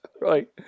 Right